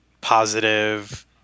positive